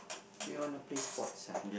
you want to play sports ah